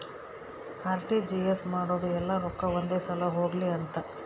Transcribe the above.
RTGS ಮಾಡೋದು ಯೆಲ್ಲ ರೊಕ್ಕ ಒಂದೆ ಸಲ ಹೊಗ್ಲಿ ಅಂತ